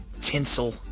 tinsel